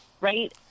right